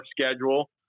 schedule